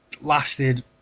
lasted